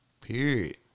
Period